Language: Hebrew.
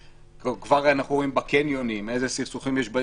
כבר אנחנו רואים בקניונים אילו סכסוכים מתעוררים.